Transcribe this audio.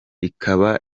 rikaba